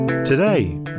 Today